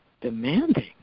demanding